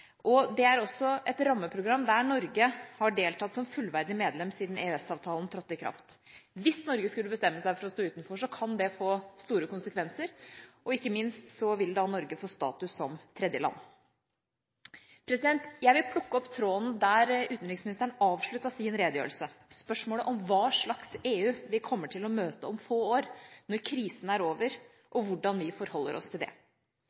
Det er også et rammeprogram der Norge har deltatt som fullverdig medlem siden EØS-avtalen trådte i kraft. Hvis Norge skulle bestemme seg for å stå utenfor, kan det få store konsekvenser, og ikke minst vil Norge da få status som tredjeland. Jeg vil plukke opp tråden der utenriksministeren avsluttet sin redegjørelse: spørsmålet om hva slags EU vi kommer til å møte om få år, når krisen er over, og hvordan vi forholder oss til det.